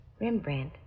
Rembrandt